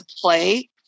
play